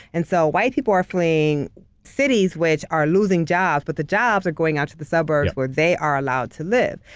and so white people are fleeing cities which are losing jobs but the jobs are going out to the suburbs where they are allowed to live.